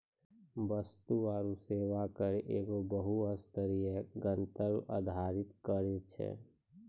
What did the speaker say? वस्तु आरु सेवा कर एगो बहु स्तरीय, गंतव्य आधारित कर छै